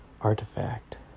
artifact